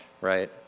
right